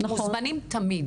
מוזמנים תמיד.